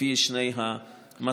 לפי שני המסלולים.